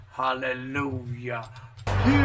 hallelujah